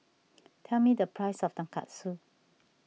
tell me the price of Tonkatsu